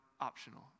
optional